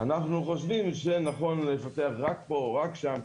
אנחנו חושבים שנכון לפתח רק פה או רק שם,